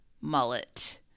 mullet